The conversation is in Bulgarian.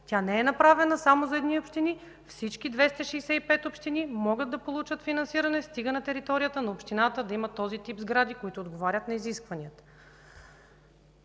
Тя не е направена само за едни общини. Всички 265 общини могат да получат финансиране, стига на територията на общината да има този тип сгради, които отговарят на изискванията.